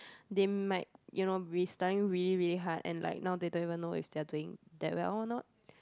they might you know be studying really really hard and like now they don't even know if they are doing that well or not